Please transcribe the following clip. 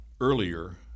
earlier